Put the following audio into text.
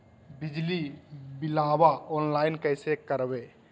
बिजली बिलाबा ऑनलाइन कैसे करबै?